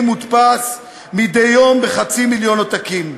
שמודפס מדי יום בחצי מיליון עותקים.